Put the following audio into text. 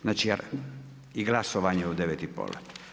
Znači i glasovanje u 9 i pol.